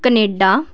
Canada